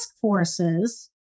forces